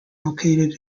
located